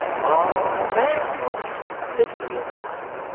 ah! man wants but little here below,